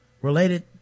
related